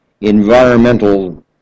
environmental